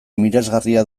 miresgarria